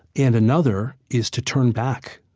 and another is to turn back.